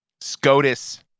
scotus